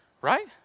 Right